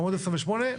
עמוד 28,